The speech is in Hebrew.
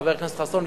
חבר הכנסת חסון,